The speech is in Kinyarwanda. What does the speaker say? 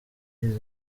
izi